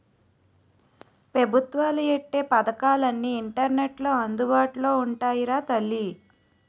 పెబుత్వాలు ఎట్టే పదకాలన్నీ ఇంటర్నెట్లో అందుబాటులో ఉంటాయిరా తల్లీ